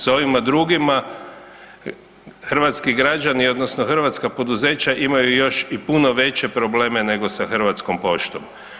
Sa ovim drugima, hrvatski građani odnosno hrvatska poduzeća imaju još i puno veće probleme nego sa Hrvatskom poštom.